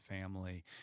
family